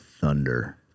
thunder